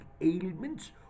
ailments